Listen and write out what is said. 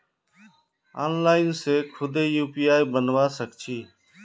online से खुदे UPI बनवा सक छी